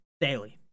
daily